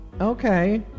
Okay